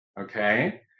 Okay